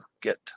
get